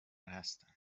هستن